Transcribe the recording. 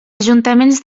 ajuntaments